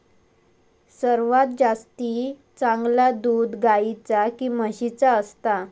सर्वात जास्ती चांगला दूध गाईचा की म्हशीचा असता?